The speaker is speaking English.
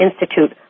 Institute